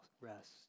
rest